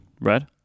red